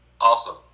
Awesome